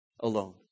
alone